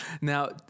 Now